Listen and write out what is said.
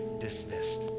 Dismissed